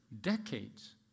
decades